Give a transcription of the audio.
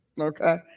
Okay